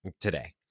today